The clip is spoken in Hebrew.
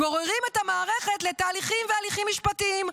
גוררים את המערכת לתהליכים והליכים משפטיים,